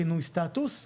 שינוי סטטוס.